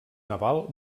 naval